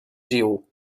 ziel